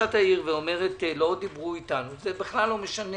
כשראשת העיר אומרת: לא דיברו אתנו זה לא משנה.